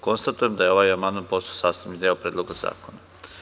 Konstatujem da je ovaj amandman postao sastavni deo Predloga zakona.